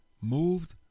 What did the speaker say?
moved